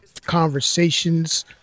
conversations